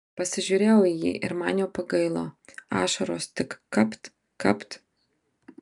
pasižiūrėjau į jį ir man jo pagailo ašaros tik kapt kapt